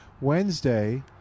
Wednesday